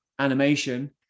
animation